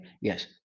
yes